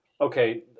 Okay